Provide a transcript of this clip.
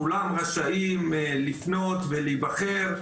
כולם רשאים לפנות ולהיבחר,